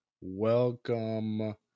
welcome